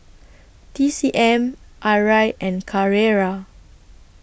T C M Arai and Carrera